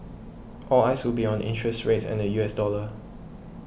all eyes would be on interest rates and the U S dollar